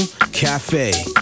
cafe